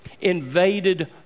invaded